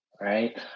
right